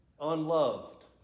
unloved